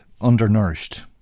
undernourished